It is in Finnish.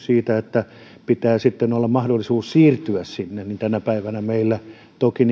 siitä että pitää sitten olla mahdollisuus siirtyä sinne niin tänä päivänä meillä toki